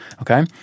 okay